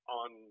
on